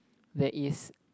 there is